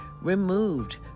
removed